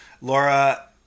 Laura